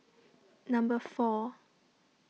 number four